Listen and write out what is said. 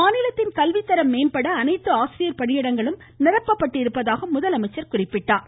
மாநிலத்தின் கல்வித்தரம் மேம்பட அனைத்து ஆசிரியர் பணியிடங்களும் நிரப்பப்பட்டிருப்பதாக முதலமைச்சர் கூறினார்